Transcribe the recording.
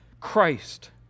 Christ